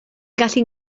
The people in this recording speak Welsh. gallu